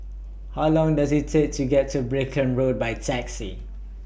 How Long Does IT Take to get to Brickland Road By Taxi